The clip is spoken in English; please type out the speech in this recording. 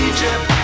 Egypt